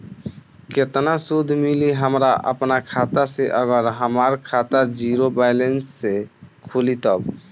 केतना सूद मिली हमरा अपना खाता से अगर हमार खाता ज़ीरो बैलेंस से खुली तब?